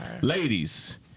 Ladies